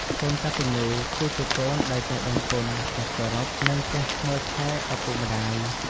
កូនកត្ដញ្ញូ គឺជាកូនដែលចេះដឹងគុណ ចេះគោរព និងចេះមើលថែឪពុកម្តាយ។